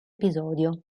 episodio